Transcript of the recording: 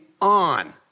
on